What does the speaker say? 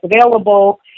available